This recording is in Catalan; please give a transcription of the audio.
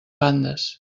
bandes